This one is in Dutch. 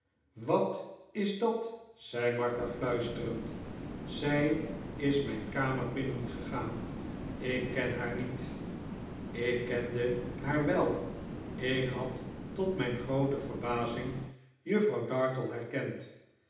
wat is dat zei martha fluisterend zij is mijn kamer binnengegaan ik ken haar niet i k kende haar wel ik had tot mijn groote verbazing juffrouw dartle herkend